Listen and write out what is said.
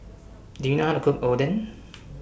Do YOU know How to Cook Oden